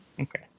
Okay